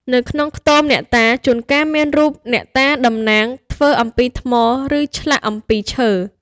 នៅក្នុងខ្ទម អ្នកតា ជួនកាលមានរូបអ្នកតាតំណាងធ្វើអំពីថ្ម ឬធ្លាក់អំពីឈើ។